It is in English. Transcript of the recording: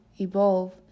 evolve